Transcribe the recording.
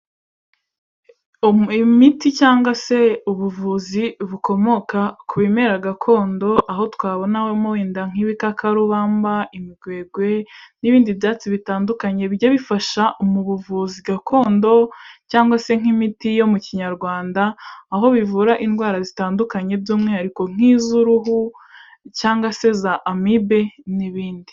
Imiti cyangwa se ubuvuzi bukomoka ku bimera gakondo aho twabonamo wenda nk'ibikakarubamba, imigwegwe n'ibindi byatsi bitandukanye bijya bifasha mu buvuzi gakondo cyangwa se nk'imiti yo mu kinyarwanda, aho bivura indwara zitandukanye by'umwihariko nk'iz'uruhu cyangwa se za amibe n'ibindi.